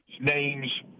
names